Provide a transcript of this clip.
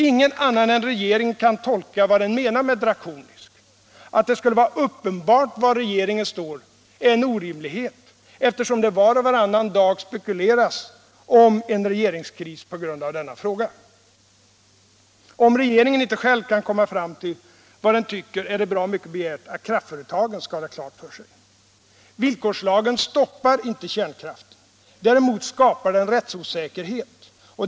Ingen annan än regeringen kan tolka vad den menar med drakonisk. Att det skulle vara uppenbart var regeringen står är en orimlighet, eftersom det var och varannan dag spekuleras om regeringskris på grund av denna fråga. Om regeringen inte själv kan komma fram till vad den tycker är det bra mycket begärt att kraftföretagen skall ha det klart för sig. Villkorslagen stoppar inte kärnkraften. Däremot skapar den en rättsosäkerhet.